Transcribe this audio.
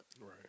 Right